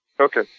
Okay